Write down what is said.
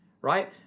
right